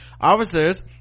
officers